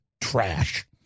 trash